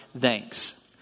thanks